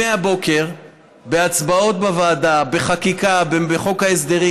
אני מהבוקר בהצבעות בוועדה, בחקיקה, בחוק ההסדרים.